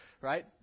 right